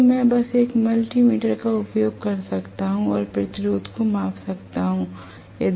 तो मैं बस एक मल्टी मीटर का उपयोग कर सकता हूं और प्रतिरोध को माप सकता हूं